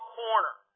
corner